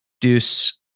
deuce